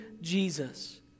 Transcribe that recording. Jesus